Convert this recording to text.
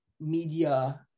media